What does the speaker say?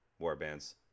warbands